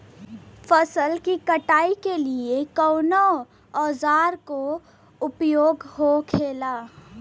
फसल की कटाई के लिए कवने औजार को उपयोग हो खेला?